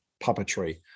puppetry